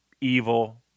Evil